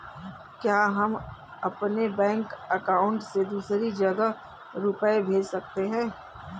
क्या हम अपने बैंक अकाउंट से दूसरी जगह रुपये भेज सकते हैं?